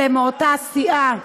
כמה כאלה מאותה סיעה.